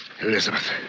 Elizabeth